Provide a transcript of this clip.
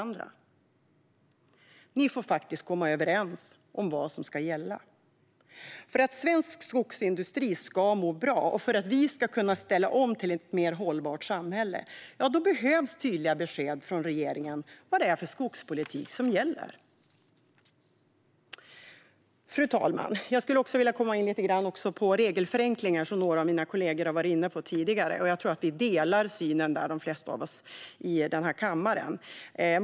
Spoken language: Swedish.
Ni får faktiskt komma överens om vad som ska gälla! För att svensk skogsindustri ska må bra och för att vi ska kunna ställa om till ett mer hållbart samhälle behövs tydliga besked från regeringen om vad det är för skogspolitik som gäller. Fru talman! Jag vill också komma in lite grann på detta med regelförenklingar, som några av mina kollegor har varit inne på tidigare. Jag tror att de flesta av oss här i kammaren har en samsyn där.